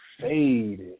faded